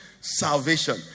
salvation